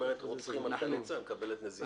אומרת רוצחים על חיילי צה"ל ומקבלת נזיפה.